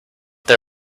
they